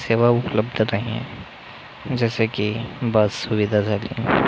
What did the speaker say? सेवा उपलब्ध नाही आहे जसे की बस सुविधा झाली